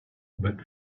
but